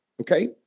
Okay